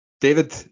David